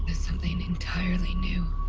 something entirely new.